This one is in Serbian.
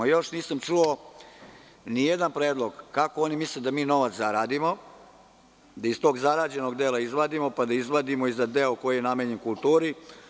Još nisam čuo nijedan predlog kako oni misle da mi novac zaradimo, da iz tog zarađenog dela izvadimo, pa da izvadimo i za deo koji je namenjen kulturi.